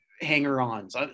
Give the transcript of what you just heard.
hanger-ons